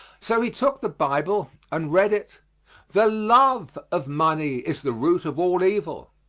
so he took the bible and read it the love of money is the root of all evil.